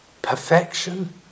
perfection